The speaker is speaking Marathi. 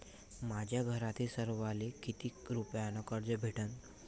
माह्या घरातील सर्वाले किती रुप्यान कर्ज भेटन?